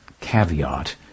caveat